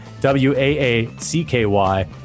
W-A-A-C-K-Y